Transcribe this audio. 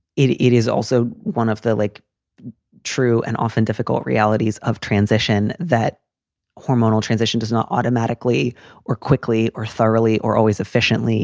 it it is also one of the like true and often difficult realities of transition. that hormonal transition does not automatically or quickly or thoroughly or always efficiently